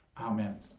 Amen